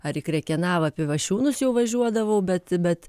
ar į krekenavą pivašiūnus jau važiuodavau bet bet